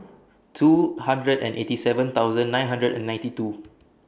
two hundred and eighty seven thousand nine hundred and ninety two